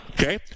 Okay